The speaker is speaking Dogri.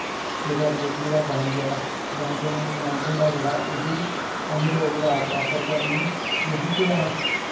केह् करदे कि जेह्ड़ा बंज ऐ बंज होंदा जेह्ड़ा उस्सी अस लोग जैदा प्रैफर करने कि कुदै